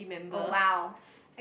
oh !wow!